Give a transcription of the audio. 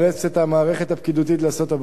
את המערכת הפקידותית לעשות עבודה,